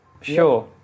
Sure